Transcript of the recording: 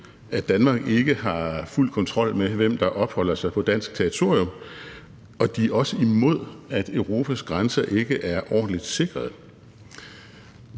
at Danmark ikke har fuld kontrol med, hvem der opholder sig på dansk territorium, og de er også imod, at Europas grænser ikke er ordentligt sikrede.